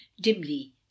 dimly